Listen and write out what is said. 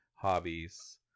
hobbies